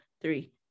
three